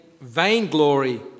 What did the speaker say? vainglory